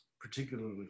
particularly